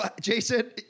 Jason